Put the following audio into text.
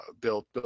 built